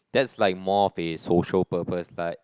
that's like more of a social purpose like